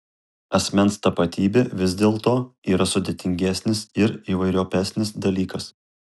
asmens tapatybė vis dėlto yra sudėtingesnis ir įvairiopesnis dalykas